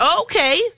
Okay